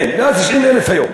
כן, ואז 90,000 היום.